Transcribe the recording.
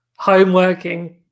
homeworking